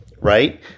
right